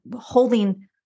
holding